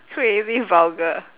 creative vulgar